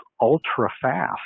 ultra-fast